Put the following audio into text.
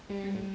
mm